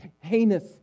heinous